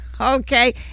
Okay